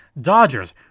Dodgers